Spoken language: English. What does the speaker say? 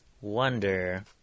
wonder